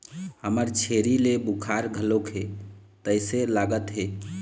हमर छेरी ल बुखार घलोक हे तइसे लागत हे